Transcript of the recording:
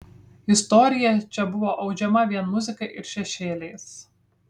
istorija čia buvo audžiama vien muzika ir šešėliais